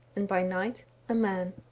and by night a man.